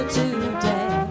today